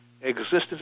existence